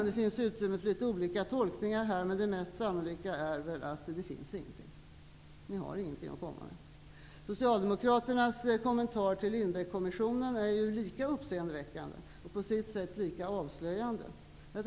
Det finns här utrymme för litet olika tolkningar, men det mest sannolika är väl att det inte finns någonting. Socialdemokraterna har ingenting att komma med. Lindbeckkommissionen är lika uppseendeväckande och på sitt sätt lika avslöjande.